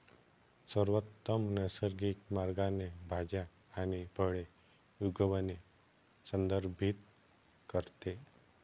सर्वोत्तम नैसर्गिक मार्गाने भाज्या आणि फळे उगवणे संदर्भित करते